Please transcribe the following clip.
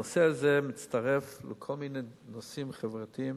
הנושא הזה מצטרף לכל מיני נושאים חברתיים